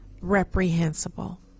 reprehensible